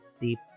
deep